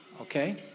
okay